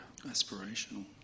Aspirational